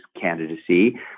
candidacy